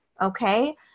Okay